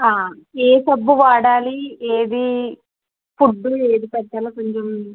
ఏ సబ్బు వాడాలి ఏది ఫుడ్డు ఏది పెట్టాలో కొంచం